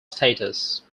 status